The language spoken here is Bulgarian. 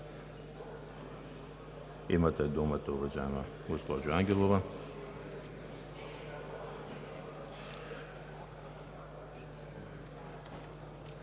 имате думата, уважаема госпожо Ангелова.